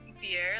beer